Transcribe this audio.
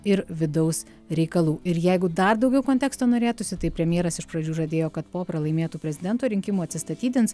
ir vidaus reikalų ir jeigu dar daugiau konteksto norėtųsi tai premjeras iš pradžių žadėjo kad po pralaimėtų prezidento rinkimų atsistatydins